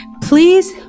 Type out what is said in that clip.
Please